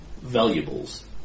Valuables